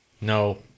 No